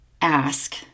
ask